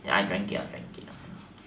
ya I drank it I drank it ya